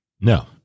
No